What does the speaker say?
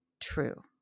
true